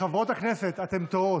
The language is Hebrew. חברות הכנסת, אתן טועות.